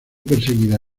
perseguida